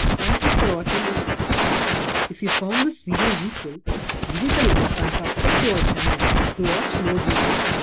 thank you for watching this video if you found this video useful give it a like and subscribe to our channel to watch more videos,